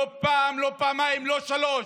לא פעם, לא פעמיים, לא שלוש,